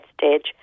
stage